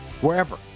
wherever